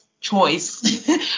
choice